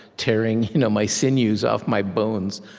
tearing you know my sinews off my bones,